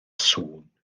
sŵn